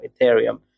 Ethereum